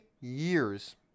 years